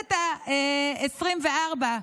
ובכנסת העשרים-וארבע,